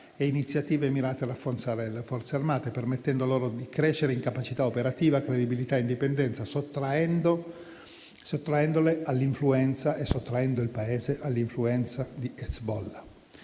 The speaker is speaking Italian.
e iniziative mirati a rafforzare le forze armate, permettendo loro di crescere in capacità operativa, credibilità e indipendenza, sottraendole, e sottraendo il Paese, all'influenza di Hezbollah.